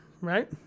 right